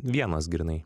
vienas grynai